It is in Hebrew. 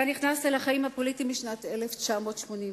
אתה נכנסת לחיים הפוליטיים בשנת 1983,